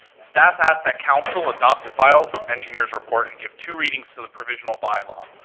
staff asks that council adopt the filed engineers report and give two readings to the provisional bylaw.